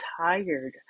tired